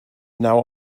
now